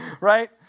right